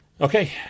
Okay